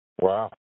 Wow